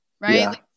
right